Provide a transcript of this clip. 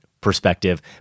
perspective